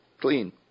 clean